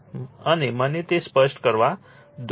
અને મને તે સ્પષ્ટ કરવા દો